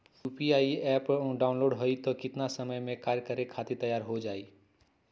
UPI app download होई त कितना समय मे कार्य करे खातीर तैयार हो जाई?